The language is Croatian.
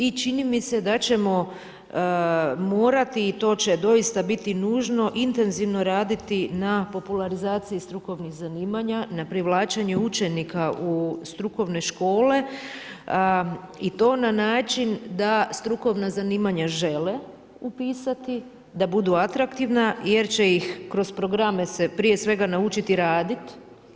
I čini mi se da ćemo morati i to će doista biti nužno intenzivno raditi na popularizaciji strukovnih zanimanja, na privlačenju učenika u strukovne škole i to na način da strukovna zanimanja žele upisati, da budu atraktivna jer će ih kroz programe se prije svega naučiti raditi.